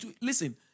listen